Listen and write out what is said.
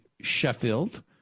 Sheffield